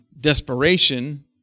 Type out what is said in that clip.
desperation